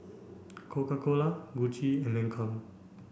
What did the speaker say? Coca Cola Gucci and Lancome